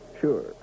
sure